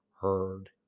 heard